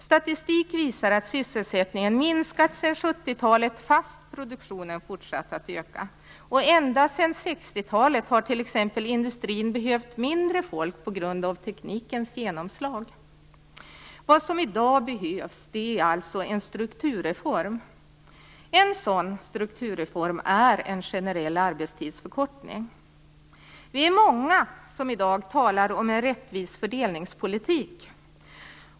Statistik visar att sysselsättningen minskat sedan 70-talet fast produktionen fortsatt att öka. Ända sedan 60-talet har t.ex. industrin behövt mindre folk på grund av teknikens genomslag. Vad som i dag behövs är alltså en strukturreform. En sådan är en generell arbetstidsförkortning. Vi är många som i dag talar om en rättvis fördelningspolitik.